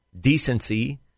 decency